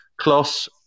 Kloss